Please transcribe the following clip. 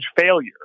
failure